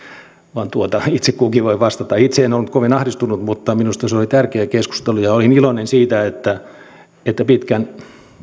vaan itse kukin voi vastata itse en ollut kovin ahdistunut mutta minusta se oli tärkeä keskustelu ja olin iloinen siitä että että pitkän